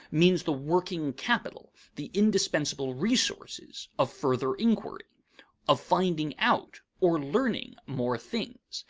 means the working capital, the indispensable resources, of further inquiry of finding out, or learning, more things.